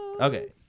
okay